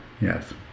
yes